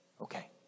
Okay